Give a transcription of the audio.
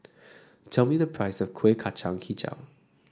tell me the price of Kuih Kacang hijau